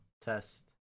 Test